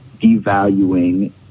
devaluing